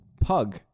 pug